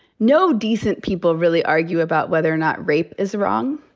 no decent people really argue about whether or not rape is wrong.